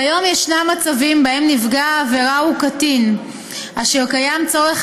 כיום יש מצבים שבהם נפגע העבירה הוא קטין אשר יש צורך